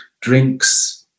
drinks